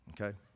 okay